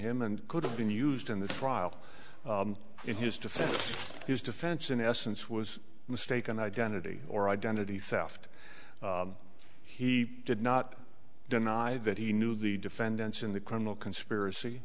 him and could have been used in the trial in his defense his defense in essence was mistaken identity or identity theft he did not deny that he knew the defendants in the criminal conspiracy